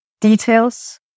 details